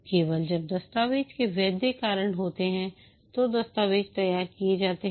केवल जब दस्तावेज़ के वैध कारण होते हैं तो दस्तावेज़ तैयार किए जाते हैं